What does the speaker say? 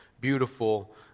beautiful